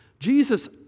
Jesus